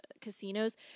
casinos